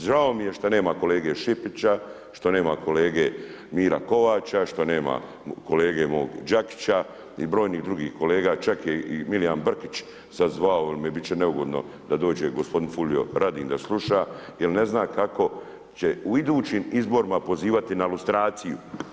Žao mi je što nema kolege Šipića, što nema kolege Mire Kovača, što nema kolege mog Đakić i brojnih drugih kolega, čak je i Milijan Brkić sada zvao jel bit im će neugodno da dođe gospodin Furio RAdin da sluša jel ne zna kako će u idućim izborima pozivati na lustraciju.